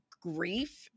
grief